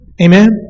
Amen